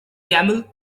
camel